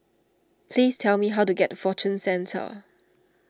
please tell me how to get to Fortune Centre